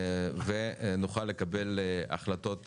ונוכל לקבל החלטות הלאה.